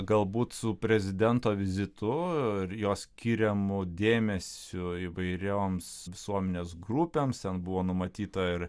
galbūt su prezidento vizitu ir jo skiriamu dėmesiu įvairioms visuomenės grupėms ten buvo numatyta ir